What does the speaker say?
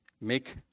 make